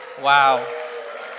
Wow